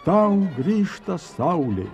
tau grįžta saulė